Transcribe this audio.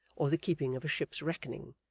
or the keeping of a ship's reckoning,